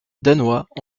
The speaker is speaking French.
danois